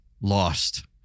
lost